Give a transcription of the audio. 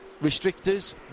restrictors